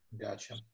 Gotcha